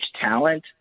talent